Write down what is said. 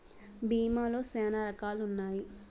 భీమా లో శ్యానా రకాలు ఉన్నాయి